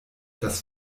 das